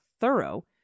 thorough